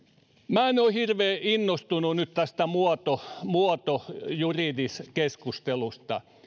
minä en ole hirveän innostunut tästä muotojuridisesta keskustelusta